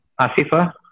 Asifa